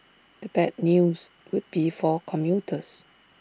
the bad news would be for commuters